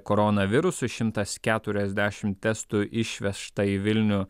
koronavirusu šimtas keturiasdešim testų išvežta į vilnių